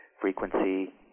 frequency